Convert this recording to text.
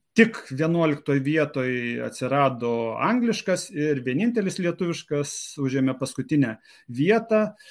tik vienuoliktoj vietoj atsirado angliškas ir vienintelis lietuviškas užėmė paskutinę vietą